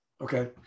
Okay